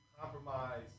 compromise